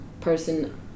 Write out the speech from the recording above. person